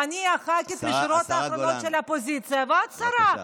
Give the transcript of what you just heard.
אני הח"כית מהשורות האחרונות של האופוזיציה ואת שרה.